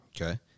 okay